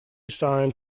signed